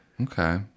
Okay